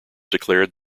declared